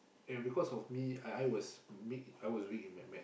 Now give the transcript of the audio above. and because of me I I was me I was weak in my Maths